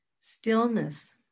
Stillness